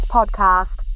Podcast